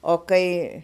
o kai